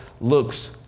looks